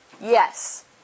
yes